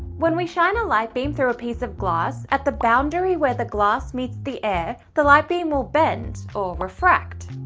when we shine a light beam through a piece of glass, at the boundary where the glass meets the air, the light beam will bend or refract.